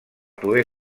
poder